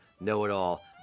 know-it-all